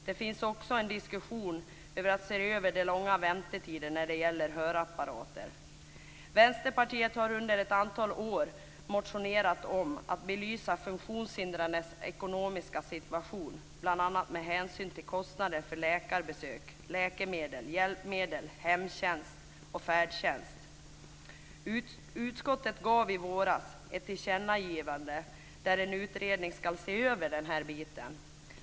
Det förs också en diskussion om att man ska se över de långa väntetiderna när det gäller hörapparater. Vänsterpartiet har under ett antal år motionerat om att man ska belysa de funktionshindrades ekonomiska situation, bl.a. med hänsyn till kostnader för läkarbesök, läkemedel, hjälpmedel, hemtjänst och färdtjänst. Riksdagen gjorde i våras ett tillkännagivande om att en utredning skulle se över den här biten.